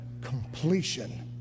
completion